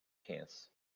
case